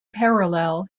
parallel